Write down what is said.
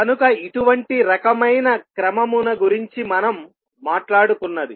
కనుక ఇటువంటి రకమైన క్రమమున గురించి మనం మాట్లాడుకున్నది